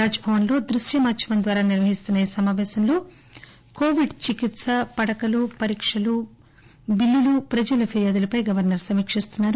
రాజ్ భవన్ లో దృశ్స మాధ్యమం ద్వారా నిర్వహిస్తున్న ఈ సమాపేశంలో కొవిడ్ చికిత్స పడకలు పరీక్షలు బిల్లులు ప్రజల ఫిర్యాదులపై గవర్సర్ సమీకిస్తున్నారు